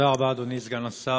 תודה רבה, אדוני סגן השר.